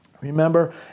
Remember